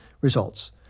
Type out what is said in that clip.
Results